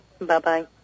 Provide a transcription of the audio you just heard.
Bye-bye